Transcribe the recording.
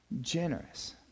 generous